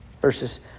Verses